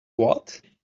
what